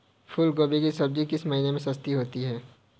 फूल गोभी की सब्जी किस महीने में सस्ती होती है?